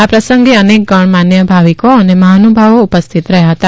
આ પ્રસંગે અનેક ગણમાન્ય ભાવિકો અને મહાનુભાવો ઉપસ્થિત રહ્યા હતા